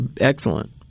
excellent